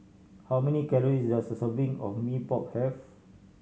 how many calories does a serving of Mee Pok have